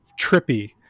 trippy